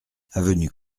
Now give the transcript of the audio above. avenue